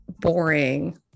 boring